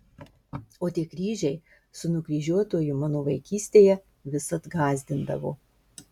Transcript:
o tie kryžiai su nukryžiuotuoju mane vaikystėje visad gąsdindavo